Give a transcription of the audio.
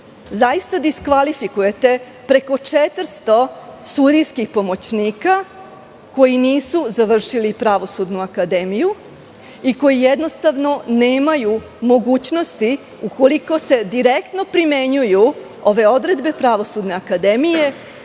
vi diskvalifikujete preko 400 sudijskih pomoćnika koji nisu završili Pravosudnu akademiju i koji nemaju mogućnosti ukoliko se direktno primenjuju ove odredbe Pravosudne akademije